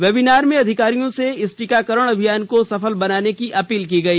webinar में अधिकारियों से इस टीकाकरण अभियान को सफल बनाने की अपील की गयी